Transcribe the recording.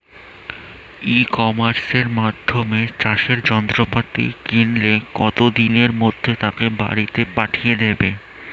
ই কমার্সের মাধ্যমে চাষের যন্ত্রপাতি কিনলে কত দিনের মধ্যে তাকে বাড়ীতে পাঠিয়ে দেবে?